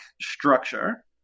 structure